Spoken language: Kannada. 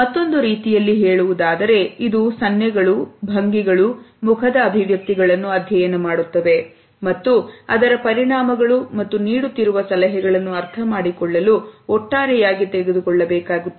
ಮತ್ತೊಂದು ರೀತಿಯಲ್ಲಿ ಹೇಳುವುದಾದರೆ ಇದು ಸನ್ನೆಗಳು ಭಂಗಿಗಳು ಮುಖದ ಅಭಿವ್ಯಕ್ತಿಗಳನ್ನು ಅಧ್ಯಯನ ಮಾಡುತ್ತದೆ ಮತ್ತು ಅದರ ಪರಿಣಾಮಗಳು ಮತ್ತು ನೀಡುತ್ತಿರುವ ಸಲಹೆಗಳನ್ನು ಅರ್ಥಮಾಡಿಕೊಳ್ಳಲು ಒಟ್ಟಾರೆಯಾಗಿ ತೆಗೆದುಕೊಳ್ಳಬೇಕಾಗುತ್ತದೆ